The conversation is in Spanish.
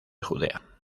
judea